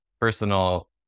personal